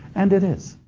and it is.